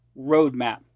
Roadmap